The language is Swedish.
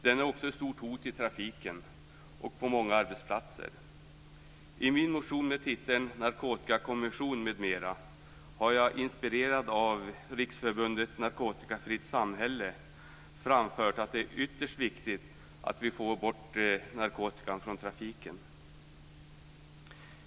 Den är också ett stort hot i trafiken och på många arbetsplatser. I min motion med titeln Narkotikakommission, m.m. har jag, inspirerad av Riksförbundet Narkotikafritt Samhälle, framfört att det är ytterst viktigt att vi får bort narkotikan från trafiken.